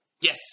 Yes